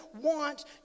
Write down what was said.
want